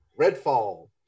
Redfall